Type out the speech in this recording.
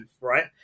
right